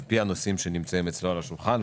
על פי הנושאים שנמצאים אצלו על השולחן.